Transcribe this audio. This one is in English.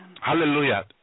Hallelujah